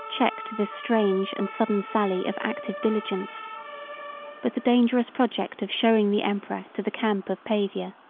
checked this strange and sudden sally of active diligence but the dangerous project of showing the emperor to the camp of pavia,